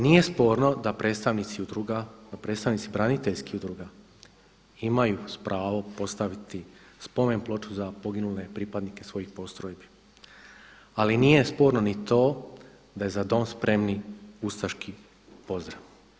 Nije sporno da predstavnici udruga, da predstavnici braniteljskih udruga imaju pravo postaviti spomen ploču za poginule pripadnike svojih postrojbi, ali nije sporno ni to da je „Za dom spremni“ ustaški pozdrav.